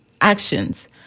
actions